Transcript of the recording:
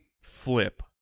flip